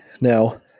now